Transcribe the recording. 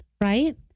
right